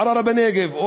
ערערה בנגב או,